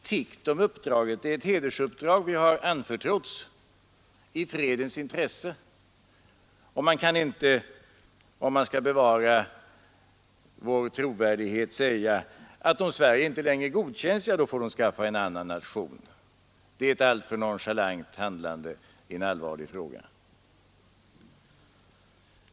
”Tiggt om uppdraget” — det är ju ett hedersuppdrag som vi har anförtrotts i fredens intresse. Vi kan inte, om vi skall bevara vår trovärdighet, säga att om Sverige inte längre godkänns som medlem så får man utse en annan nation. Det är ett alltför nonchalant handlande i en allvarlig fråga.